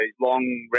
long